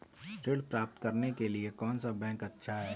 ऋण प्राप्त करने के लिए कौन सा बैंक अच्छा है?